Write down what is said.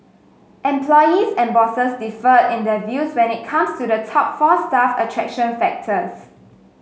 employees and bosses differed in their views when it comes to the top four staff attraction factors